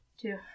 two